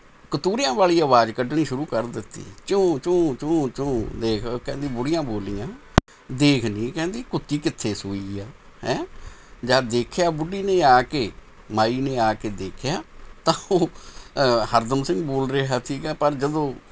ਕਤੂਰਿਆਂ ਵਾਲੀ ਆਵਾਜ਼ ਕੱਢਣੀ ਸ਼ੁਰੂ ਕਰ ਦਿੱਤੀ ਚੂੰ ਚੂੰ ਚੂੰ ਚੂੰ ਦੇਖ ਕਹਿੰਦੀ ਬੁੜੀਆਂ ਬੋਲੀਆਂ ਦੇਖ ਨੀ ਕਹਿੰਦੀ ਕੁੱਤੀ ਕਿੱਥੇ ਸੂਈ ਹੈ ਹੈਂ ਜਦੋਂ ਦੇਖਿਆ ਬੁੱਢੀ ਨੇ ਆ ਕੇ ਮਾਈ ਨੇ ਆ ਕੇ ਦੇਖਿਆ ਤਾਂ ਉਹ ਹਰਦਮ ਸਿੰਘ ਬੋਲ ਰਿਹਾ ਸੀ ਪਰ ਜਦੋਂ